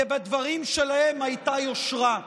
כי בדברים שלהם הייתה יושרה,